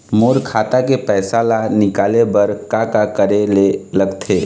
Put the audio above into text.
मोर खाता के पैसा ला निकाले बर का का करे ले लगथे?